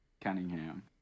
Cunningham